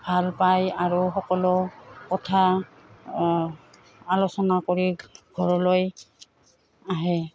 ভাল পায় আৰু সকলো কথা আলোচনা কৰি ঘৰলৈ আহে